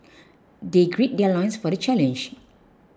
they gird their loins for the challenge